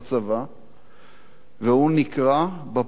והוא נקרא בפעם הרביעית לפקד,